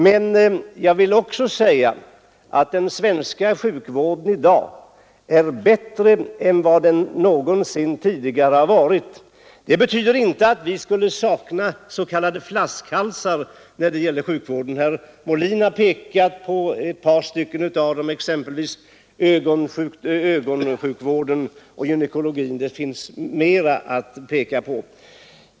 Men jag vill samtidigt hävda att den svenska sjukvården i dag är bättre än vad den någonsin tidigare har varit. Det betyder inte att vi skulle sakna s.k. flaskhalsar när det gäller sjukvården. Herr Molin har pekat på ett par av dem, exempelvis ögonsjukvården och gynekologin. Det finns flera områden att peka på.